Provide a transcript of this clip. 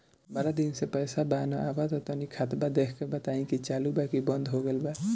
बारा दिन से पैसा बा न आबा ता तनी ख्ताबा देख के बताई की चालु बा की बंद हों गेल बा?